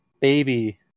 baby